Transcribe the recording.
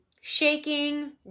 Shaking